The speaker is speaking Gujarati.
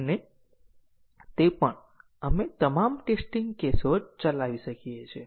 આપણે વાસ્તવમાં અચેતનપણે પ્રેગ્રામમાં રસ્તાઓ પાર કરીએ છીએ